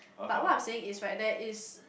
but what I'm saying is right there is